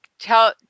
Tell